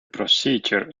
procedure